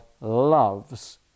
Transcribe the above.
loves